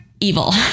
evil